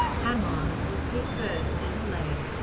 hammond was hit first in the leg,